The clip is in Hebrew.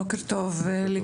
בוקר טוב לכולם.